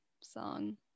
song